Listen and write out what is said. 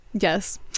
Yes